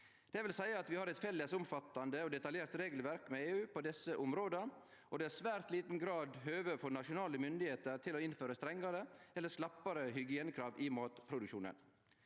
Det vil seie at vi har eit felles omfattande og detaljert regelverk med EU på desse områda, og det er i svært liten grad høve for nasjonale myndigheiter til å innføre strengare eller slappare hygienekrav i matproduksjonen.